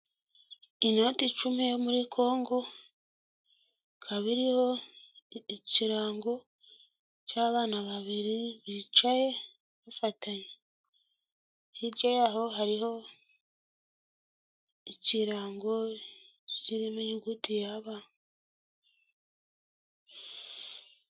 Inoti icumi yo muri Congo, ikaba iriho ikirango cy'abana babiri bicaye bafatanye, hirya yaho hariho ikirango kirimo inyuguti ya ba.